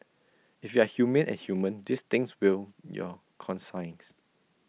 if you are humane and human these things will your conscience